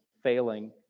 failing